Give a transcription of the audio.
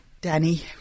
Danny